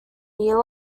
year